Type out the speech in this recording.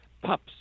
pups